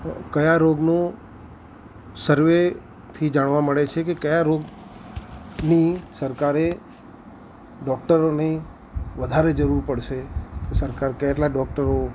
કયા રોગનું સર્વેથી જાણવા મળે છે કે કયા રોગની સરકારે ડૉકટરોની વધારે જરૂર પડશે સરકાર કેટલા ડૉકટરો